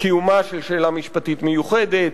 קיומה של שאלה משפטית מיוחדת,